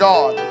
God